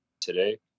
today